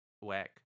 Whack